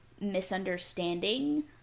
misunderstanding